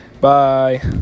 bye